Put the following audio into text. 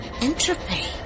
Entropy